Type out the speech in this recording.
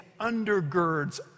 undergirds